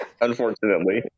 unfortunately